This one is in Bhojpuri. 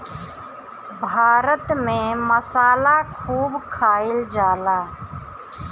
भारत में मसाला खूब खाइल जाला